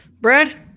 Brad